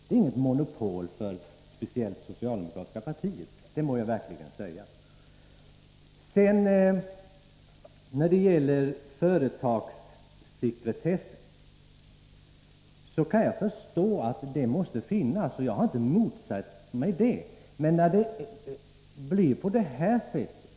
Här har inte det socialdemokratiska partiet något slags monopol, det får jag verkligen säga. Jag kan förstå att det måste finnas företagssekretess, och det är inte heller någonting som jag har motsatt mig.